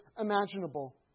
imaginable